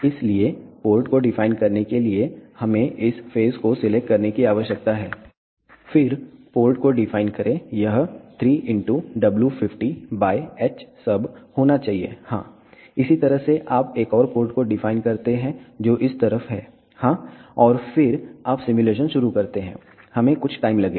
इसलिए पोर्ट को डिफाइन करने के लिए हमें इस फेस को सिलेक्ट करने की आवश्यकता है फिर पोर्ट को डिफाइन करें यह 3 w50 hsub होना चाहिए हां इसी तरह से आप एक और पोर्ट को डिफाइन करते हैं जो इस तरफ है हाँ और फिर आप सिमुलेशन शुरू करते हैं हमें कुछ टाइम लगेगा